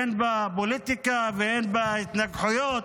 אין בה פוליטיקה ואין בה התנגחויות,